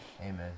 Amen